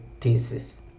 thesis